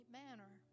manner